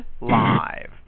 live